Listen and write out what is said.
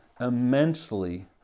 immensely